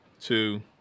Two